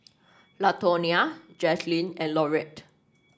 Latonia Jazlynn and Laurette